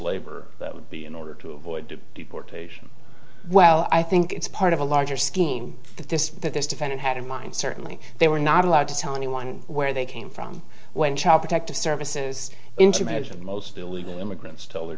labor that would be in order to avoid deportation well i think it's part of a larger scheme that this that this defendant had in mind certainly they were not allowed to tell anyone where they came from when child protective services into marriage and most illegal immigrants told their